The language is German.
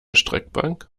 streckbank